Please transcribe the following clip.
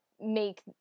make